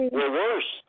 Reverse